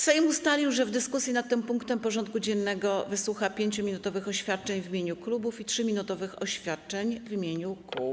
Sejm ustalił, że w dyskusji nad tym punktem porządku dziennego wysłucha 5-minutowych oświadczeń w imieniu klubów i 3-minutowych oświadczeń w imieniu kół.